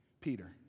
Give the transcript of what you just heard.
Peter